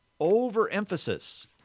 overemphasis